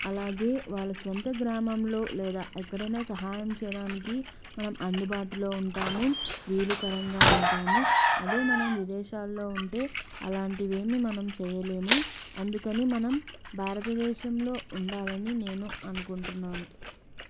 అలాగే వాళ్ళ స్వంత గ్రామంలో లేదా ఎక్కడైనా సహాయం చేయడానికి మనం అందుబాటులో ఉంటాము వీలుకరంగా ఉంటాము అదే మనం విదేశాల్లో ఉంటే అలాంటివేమీ మనం చేయలేము అందుకని మనం భారతదేశంలో ఉండాలని నేను అనుకుంటున్నాను